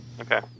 Okay